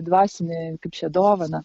dvasinį kaip čia dovaną